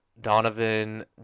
Donovan